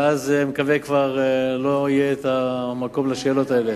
ואז, אני מקווה, כבר לא יהיה המקום לשאלות האלה.